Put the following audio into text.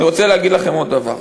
אני רוצה להגיד לכם עוד דבר.